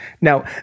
Now